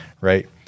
right